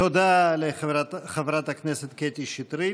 תודה לחברת הכנסת קטי שטרית.